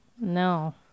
No